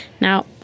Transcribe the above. Now